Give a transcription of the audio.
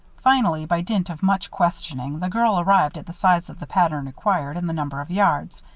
finally, by dint of much questioning, the girl arrived at the size of the pattern required and the number of yards.